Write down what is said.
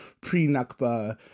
pre-nakba